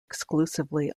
exclusively